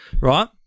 right